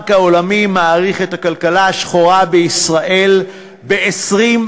הבנק העולמי מעריך את הכלכלה השחורה בישראל ב-20%,